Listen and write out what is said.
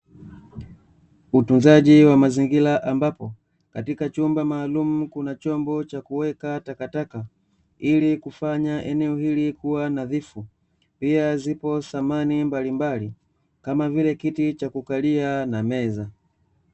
Utunzaji wa mazingira ambapo katika chumba maalumu kuna chombo cha kuweka takataka, ili kufanya eneo hili kuwa nadhifu, pia zipo samani mbalimbali kama vile: kiti cha kukalia na meza.